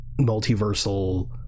multiversal